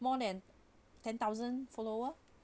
more than ten thousand follower